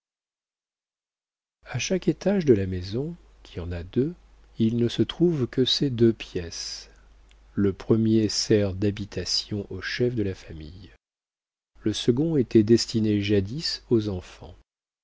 a chaque étage de la maison qui en a deux il ne se trouve que ces deux pièces le premier sert d'habitation au chef de la famille le second était destiné jadis aux enfants